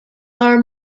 are